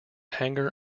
hangar